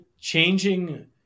changing